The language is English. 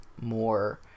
more